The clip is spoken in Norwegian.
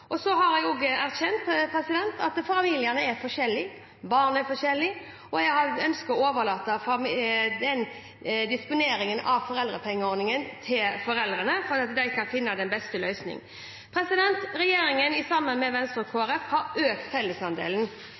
Så har jeg også erkjent at familiene er forskjellige, barn er forskjellige, og jeg ønsker å overlate disponeringen av foreldrepengeordningen til foreldrene, slik at de kan finne den beste løsningen. Regjeringen, sammen med Venstre og Kristelig Folkeparti, har økt fellesandelen,